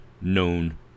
known